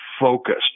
focused